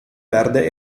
verde